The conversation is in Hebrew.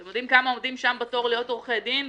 אתם יודעים עומדים שם בתור להיות עורכי דין?